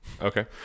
okay